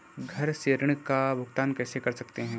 घर से ऋण का भुगतान कैसे कर सकते हैं?